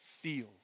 feel